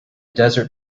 desert